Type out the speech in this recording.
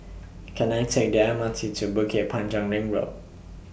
Can I Take The M R T to Bukit Panjang Ring Road